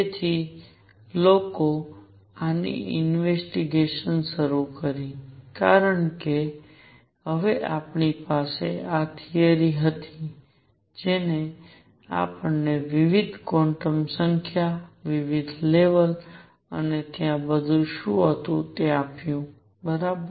તેથી લોકોએ આની ઇન્વેસ્ટિગેશન શરૂ કરી કારણ કે હવે આપણી પાસે આ થિયરિ હતો જેણે આપણને વિવિધ ક્વોન્ટમ સંખ્યાઓ વિવિધ લેવલ અને ત્યાં બધું શું હતું તે આપ્યું બરાબર